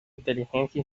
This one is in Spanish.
inteligencia